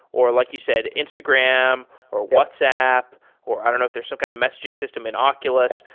or like you said, instagram, or whatsapp or i don't know if there's some kind of messaging system in oculus,